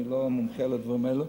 אני לא מומחה לדברים האלה,